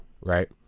Right